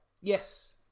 Yes